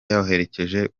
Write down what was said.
yaherekeje